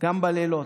גם בלילות.